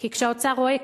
כי כשהאוצר רואה כסף,